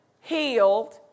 healed